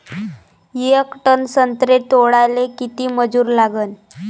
येक टन संत्रे तोडाले किती मजूर लागन?